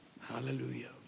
Hallelujah